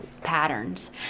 patterns